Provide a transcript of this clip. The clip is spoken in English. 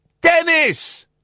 Dennis